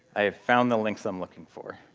i've found the links i'm looking for.